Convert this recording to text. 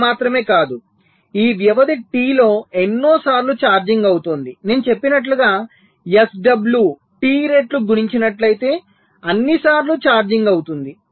ఇది మాత్రమే కాదు ఈ వ్యవధి T లో ఎన్నిసార్లు ఛార్జింగ్ అవుతోంది నేను చెప్పినట్లుగా SW T రెట్లు గుణించినట్లయితే అన్నీసార్లు ఛార్జింగ్ అవుతుంది